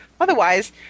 Otherwise